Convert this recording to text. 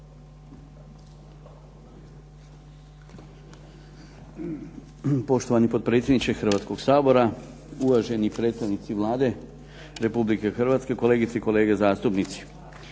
Poštovani potpredsjednice Hrvatskoga sabora, uvaženi predstavnici Vlade Republike Hrvatske, uvaženi kolegice i kolege zastupnici.